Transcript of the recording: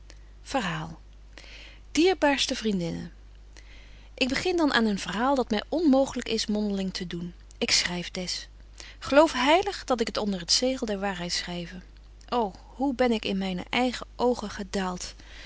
verhaal dierbaarste vriendinnen ik begin dan aan een verhaal dat my onmooglyk is mondeling te doen ik schryf des geloof heilig dat ik het onder het zegel der waarheid schryve ô hoe ben ik in myne eigen oogen gedaalt